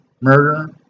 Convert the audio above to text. murder